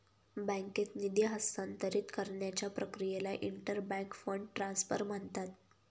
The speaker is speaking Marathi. बँकेत निधी हस्तांतरित करण्याच्या प्रक्रियेला इंटर बँक फंड ट्रान्सफर म्हणतात